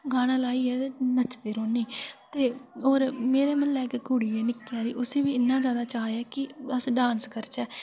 गाना लाइयै ते नचदी रौह्न्नी ते होर मेरे म्ह्ल्लै इक कुड़ी ऐ निक्की हारी उसी बी इन्ना जैदा चाऽ ऐ कि अस डांस करचै